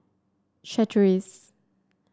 chateraise